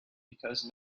because